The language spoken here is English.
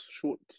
short